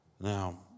Now